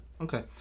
Okay